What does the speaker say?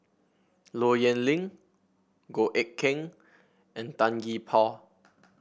Low Yen Ling Goh Eck Kheng and Tan Gee Paw